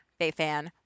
Bayfan